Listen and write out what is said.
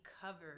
covered